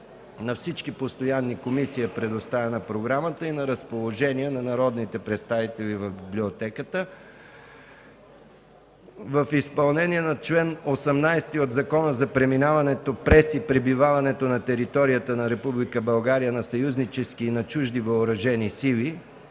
на всички постоянни комисии и е на разположение на народните представители в Библиотеката. В изпълнение на чл. 18 от Закона за преминаването през и пребиваването на територията на Република България на съюзнически и на чужди въоръжени сили